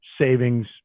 savings